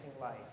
life